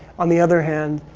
on the other hand,